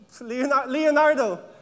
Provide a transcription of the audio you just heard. Leonardo